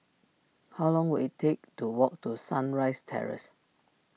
how long will it take to walk to Sunrise Terrace